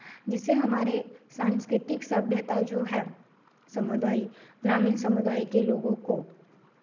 जिससे हमारे सांस्कृतिक सभ्यता जो है समुदाय ग्रामीण समुदाय के लोगों को